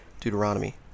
Deuteronomy